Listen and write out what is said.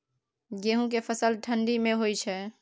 गेहूं के फसल ठंडी मे होय छै?